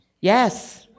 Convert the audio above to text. Yes